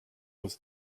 was